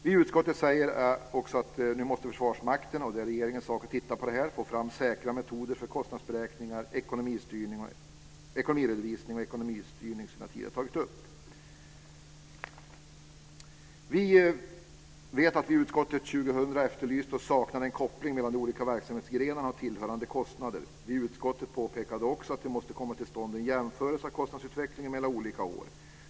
Vi i utskottet säger också att Försvarsmakten nu måste få fram - och det är regeringens sak att se över detta - säkra metoder för kostnadsberäkningar, ekonomiredovisning och ekonomistyrning, som jag tidigare har tagit upp. I utskottet år 2000 efterlyste vi och saknade en koppling mellan de olika verksamhetsgrenarna och tillhörande kostnader. Vi pekade på att det måste komma till stånd en jämförelse av kostnadsutvecklingen mellan olika år.